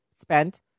spent